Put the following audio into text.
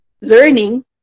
learning